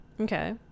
Okay